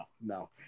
no